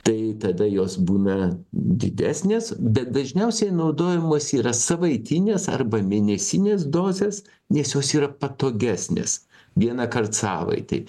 tai tada jos būna didesnės bet dažniausiai naudojamos yra savaitinės arba mėnesinės dozės nes jos yra patogesnės vienąkart savaitei